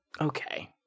okay